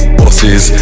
bosses